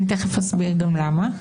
אני תיכף אסביר גם למה,